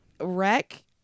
Wreck